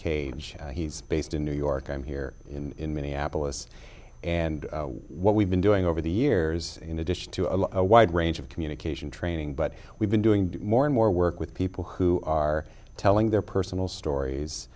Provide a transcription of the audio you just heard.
cage he's based in new york i'm here in minneapolis and what we've been doing over the years in addition to a wide range of communication training but we've been doing more and more work with people who are telling their personal stories